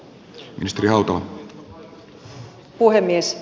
arvoisa puhemies